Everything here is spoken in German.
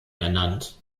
ernannt